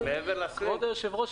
כבוד היושב-ראש,